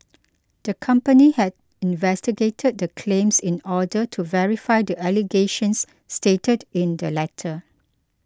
the company had investigated the claims in order to verify the allegations stated in the letter